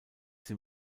sie